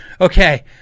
okay